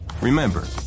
Remember